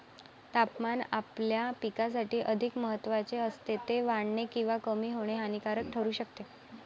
तापमान आपल्या पिकासाठी अधिक महत्त्वाचे असते, ते वाढणे किंवा कमी होणे हानिकारक ठरू शकते